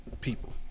people